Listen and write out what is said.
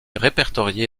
répertoriés